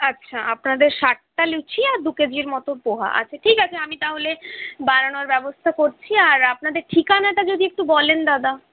আচ্ছা আপনাদের ষাটটা লুচি আর দু কেজির মত পোহা আচ্ছা ঠিক আছে আমি তাহলে বানানোর ব্যবস্থা করছি আর আপনাদের ঠিকানাটা যদি একটু বলেন দাদা